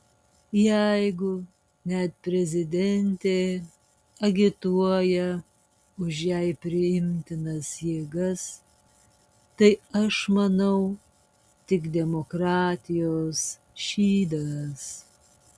jeigu net prezidentė agituoja už jai priimtinas jėgas tai aš manau tik demokratijos šydas